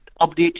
update